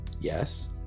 Yes